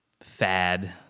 fad